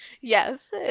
Yes